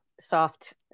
soft